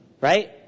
right